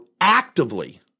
actively